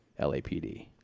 LAPD